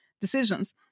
decisions